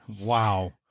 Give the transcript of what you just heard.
Wow